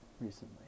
recently